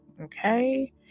Okay